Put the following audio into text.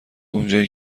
اونجایی